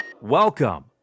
Welcome